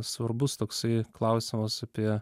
svarbus toksai klausimas apie